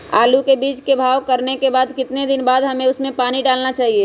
आलू के बीज के भाव करने के बाद कितने दिन बाद हमें उसने पानी डाला चाहिए?